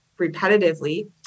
repetitively